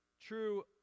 true